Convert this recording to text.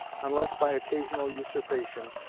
unless by occasional usurpation,